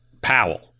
Powell